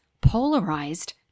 polarized